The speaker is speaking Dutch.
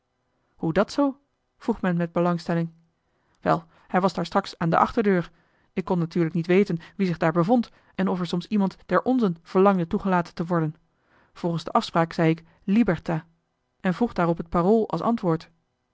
hoe dat zoo vroeg men met belangstelling wel hij was daar straks aan de achterdeur ik kon natuurlijk niet weten wie zich daar bevond en of er soms iemand der onzen verlangde toegelaten te worden volgens de afspraak zei ik liberta en vroeg daarop het parool als antwoord